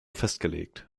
festgelegt